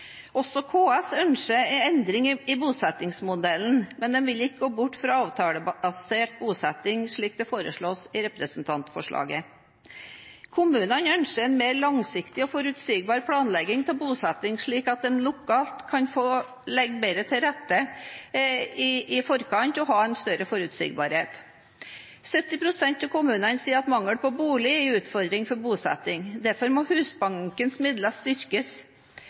Også KS ønsker en endring i bosettingsmodellen, men de vil ikke gå bort fra avtalebasert bosetting, slik det foreslås i representantforslaget. Kommunene ønsker en mer langsiktig og forutsigbar planlegging av bosettingen, slik at en lokalt kan få legge bedre til rette i forkant og ha en større forutsigbarhet. 70 pst. av kommunene sier at mangel på boliger er en utfordring for bosetting. Derfor må Husbankens midler styrkes.